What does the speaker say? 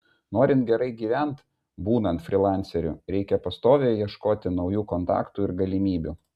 norint gerai gyvent būnant frylanceriu reikia pastoviai ieškoti naujų kontaktų ir galimybių